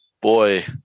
boy